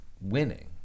winning